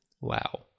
wow